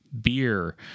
beer